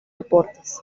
deportes